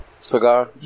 cigar